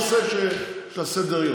שאלות, רק בנושא שעל סדר-היום.